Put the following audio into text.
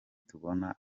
tubona